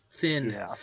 thin